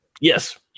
Yes